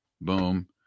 boom